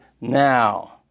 now